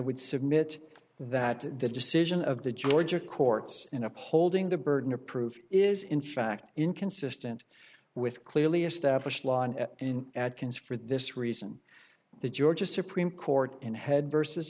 would submit that the decision of the georgia courts in upholding the burden of proof is in fact inconsistent with clearly established law and in atkins for this reason the georgia supreme court in head versus